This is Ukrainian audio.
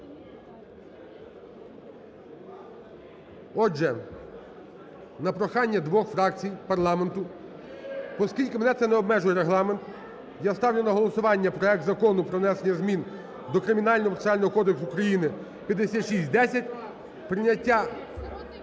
Отже, на прохання двох фракцій парламенту, оскільки мене це не обмежує Регламент, я ставлю на голосування проект Закону про внесення змін до Кримінального процесуального кодексу України 5610, прийняття,